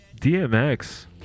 DMX